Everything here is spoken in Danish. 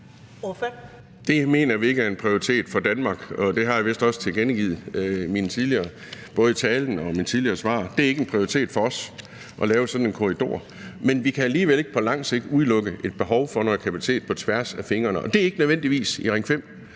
Det mener vi ikke er en prioritet for Danmark, og det har jeg vist også tilkendegivet, både i talen og i mine tidligere svar. Det er ikke en prioritet for os at lave sådan en korridor, men vi kan alligevel ikke på lang sigt udelukke et behov for noget kapacitet på tværs af fingrene – og det er ikke nødvendigvis i Ring 5,